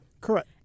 Correct